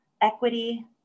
equity